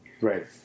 Right